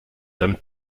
tam